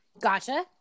Gotcha